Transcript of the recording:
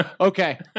Okay